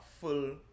full